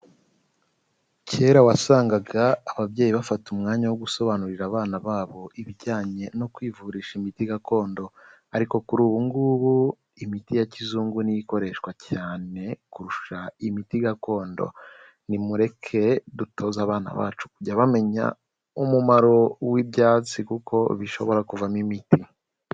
Kera wasangaga ababyeyi bafata umwanya wo gusobanurira abana babo ibijyanye no kwivurisha imiti gakondo, ariko kuri ubungubu imiti ya kizungu niyo ikoreshwa cyane kurusha imiti gakondo, nimureke dutoze abana bacu kujya bamenya umumaro w'ibyatsi kuko bishobora kuvamo imiti.